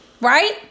right